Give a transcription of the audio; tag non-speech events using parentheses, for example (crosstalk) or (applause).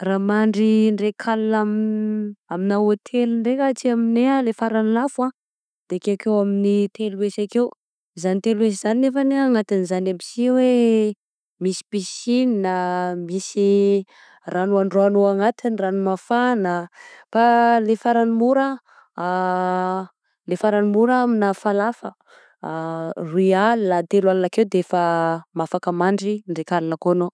Raha mandry ndraika alina amin'ny amina hotel ndraika aty aminay le farany lafo a, de akekeo amim'ny telo hesy akeo, izany telo telo hesy zany anefa ao anatin'izany aby sy oe misy piscine (hesitation) misy rano androana anatiny rano mafana, fa le farany mora (hesitation) le farany mora amina falafa (hesitation) roy alina telo alina akeo defa afaka mandry ndraika alina koa anao.